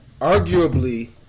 Arguably